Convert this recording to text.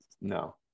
No